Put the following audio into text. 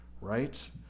right